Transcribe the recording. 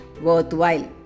worthwhile